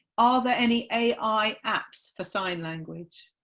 are there any ai apps for sign language?